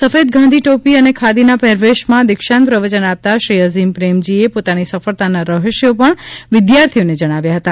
સફેદ ગાંધી ટોપી અને ખાદીના પહેરવેશમાં દીક્ષાન્ત પ્રવચન આપતા શ્રી અઝીમ પ્રેમજી એ પોતાની સફળતાનાં રહ્સ્યો પણ વિધાર્થીઓને જણાવ્યા હતા